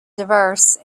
diverse